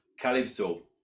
calypso